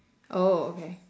oh okay